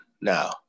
Now